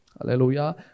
Hallelujah